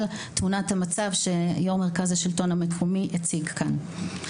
תמונת המצב שיושב-ראש מרכז השלטון המקומי הציג כאן.